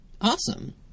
Awesome